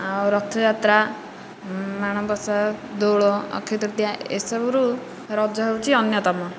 ଆଉ ରଥଯାତ୍ରା ମାଣବସା ଦୋଳ ଅକ୍ଷୟ ତୃତୀୟା ଏସବୁରୁ ରଜ ହେଉଛି ଅନ୍ୟତମ